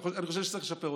אני חושב שצריך לשפר אותה.